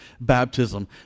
baptism